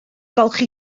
golchi